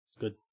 Good